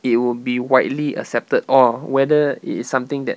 it will be widely accepted or whether it is something that